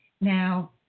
Now